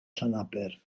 llanaber